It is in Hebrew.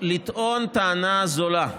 ולטעון טענה זולה,